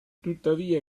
tuttavia